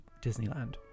Disneyland